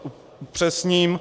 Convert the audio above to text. Upřesním.